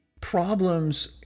Problems